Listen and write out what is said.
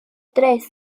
tres